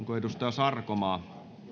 sarkomaa